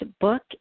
book